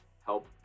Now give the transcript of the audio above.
help